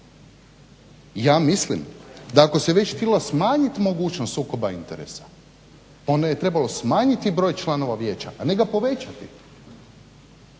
Ja mislim da ako se već htjela smanjit mogućnost sukoba interesa onda je trebalo smanjiti broj članova vijeća, a ne ga povećati